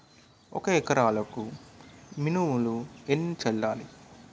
ఒక ఎకరాలకు మినువులు ఎన్ని చల్లాలి?